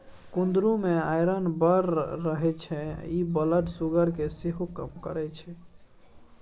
कुंदरु मे आइरन बड़ रहय छै इ ब्लड सुगर केँ सेहो कम करय छै